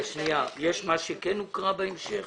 יש מה שכן הוקרא בהמשך?